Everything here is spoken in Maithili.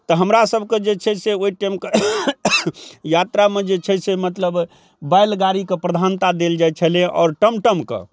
तऽ हमरासभके जे छै से ओहि टाइमके यात्रामे जे छै से मतलब बैलगाड़ीके प्रधानता देल जाइ छलै आओर टमटमके